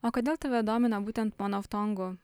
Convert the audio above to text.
o kodėl tave domina būtent monoftongų